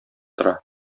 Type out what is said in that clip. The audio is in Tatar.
тора